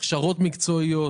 הכשרות מקצועיות